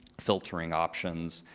filtering options.